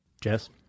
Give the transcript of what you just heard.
Jess